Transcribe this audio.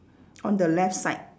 on the left side